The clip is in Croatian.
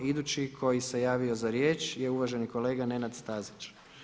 Idući koji se javio za riječ je uvaženi kolega Nenad Stazić.